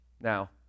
Now